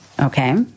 Okay